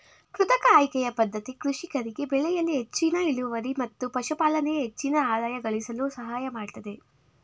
ಕೃತಕ ಆಯ್ಕೆಯ ಪದ್ಧತಿ ಕೃಷಿಕರಿಗೆ ಬೆಳೆಯಲ್ಲಿ ಹೆಚ್ಚಿನ ಇಳುವರಿ ಮತ್ತು ಪಶುಪಾಲನೆಯಲ್ಲಿ ಹೆಚ್ಚಿನ ಆದಾಯ ಗಳಿಸಲು ಸಹಾಯಮಾಡತ್ತದೆ